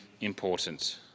important